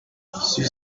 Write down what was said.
sur